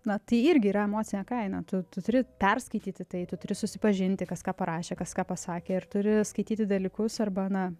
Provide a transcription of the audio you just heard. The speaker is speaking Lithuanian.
na tai irgi yra emocinė kaina tu turi perskaityti tai tu turi susipažinti kas ką parašė kas ką pasakė ir turi skaityti dalykus arba ana